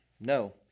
No